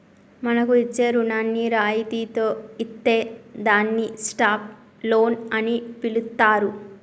మనకు ఇచ్చే రుణాన్ని రాయితితో ఇత్తే దాన్ని స్టాప్ లోన్ అని పిలుత్తారు